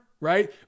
right